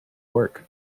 work